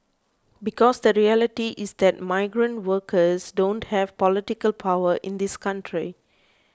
because the reality is that migrant workers don't have political power in this country